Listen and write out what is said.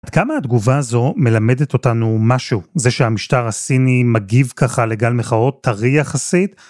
עד כמה התגובה הזו מלמדת אותנו משהו? זה שהמשטר הסיני מגיב ככה לגל מחאות טרי יחסית?